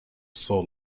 sol